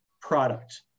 product